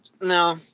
No